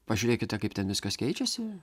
pažiūrėkite kaip ten viskas keičiasi